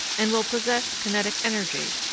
and will possess kinetic energy,